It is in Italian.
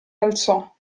alzò